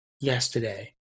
yesterday